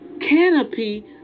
canopy